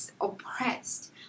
oppressed